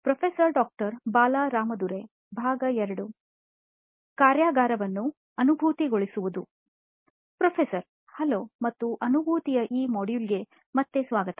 professor hello ಮತ್ತು ಅನುಭೂತಿಯ ಈ ಮಾಡ್ಯೂಲ್ಗೆ ಮತ್ತೆ ಸ್ವಾಗತ